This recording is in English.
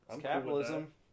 Capitalism